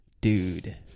dude